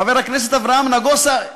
חבר הכנסת אברהם נגוסה.